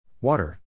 Water